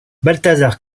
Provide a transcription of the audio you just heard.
balthazar